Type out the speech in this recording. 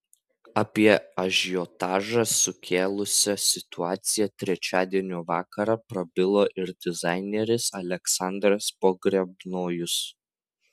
apie ažiotažą sukėlusią situaciją trečiadienio vakarą prabilo ir dizaineris aleksandras pogrebnojus